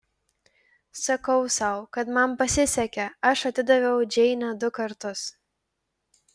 sakau sau kad man pasisekė aš atidaviau džeinę du kartus